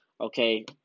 Okay